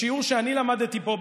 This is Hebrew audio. בשיעור שאני למדתי פה,